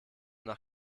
nach